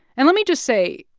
and let me just say,